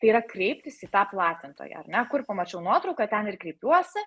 tai yra kreiptis į tą platintoją ar ne kur pamačiau nuotrauką ten ir kreipiuosi